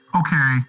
okay